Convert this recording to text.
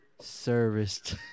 serviced